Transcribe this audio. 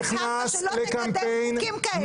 אנחנו מדברים על מתי --- שלא תקדם חוקים כאלה.